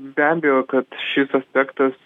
be abejo kad šis aspektas